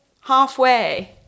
halfway